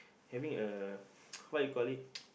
having a what you call it